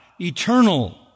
eternal